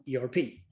ERP